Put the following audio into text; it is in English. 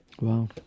Wow